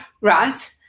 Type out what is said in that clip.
Right